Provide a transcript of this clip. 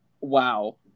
Wow